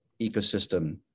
ecosystem